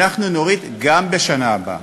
אנחנו נוריד גם בשנה הבאה.